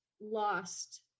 lost